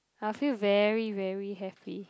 I'll feel very very happy